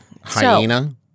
Hyena